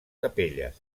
capelles